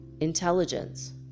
intelligence